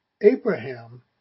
Abraham